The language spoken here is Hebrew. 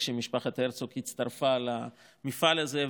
כשמשפחת הרצוג הצטרפה למפעל הזה.